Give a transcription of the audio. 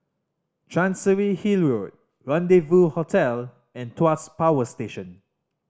Chancery Hill Rendezvous Hotel and Tuas Power Station